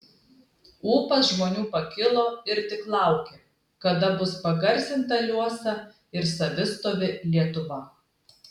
ūpas žmonių pakilo ir tik laukė kada bus pagarsinta liuosa ir savistovi lietuva